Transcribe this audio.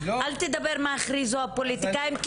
אל תדבר מה הכריזו הפוליטיקאים,